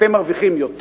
אתם מרוויחים יותר,